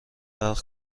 برق